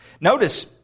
Notice